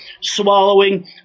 swallowing